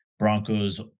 Broncos